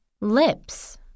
Lips